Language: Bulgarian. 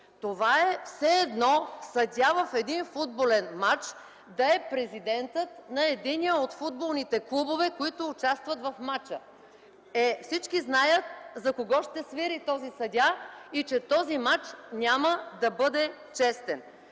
Това е все едно съдия в един футболен мач да е президентът на единия от футболните клубове, които участват в мача. Е, всички знаят за кого ще свири този съдия и че този мач няма да бъде честен.